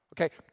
Okay